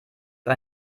für